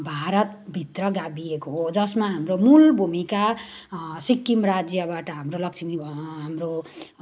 भारतभित्र गाभिएको हो जसमा हाम्रो मूल भूमिका सिक्किम राज्यबाट हाम्रो लक्ष्मी हाम्रो